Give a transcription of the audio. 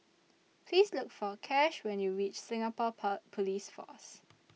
Please Look For Cash when YOU REACH Singapore pour Police Force